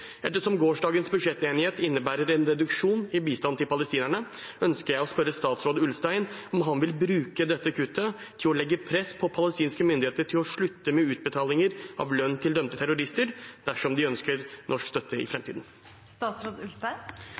Ettersom gårsdagens budsjettenighet innebærer en reduksjon i bistand til palestinerne, ønsker jeg å spørre statsråd Ulstein om han vil bruke dette kuttet til å legge press på palestinske myndigheter til å slutte med utbetaling av lønn til dømte terrorister dersom de ønsker norsk støtte i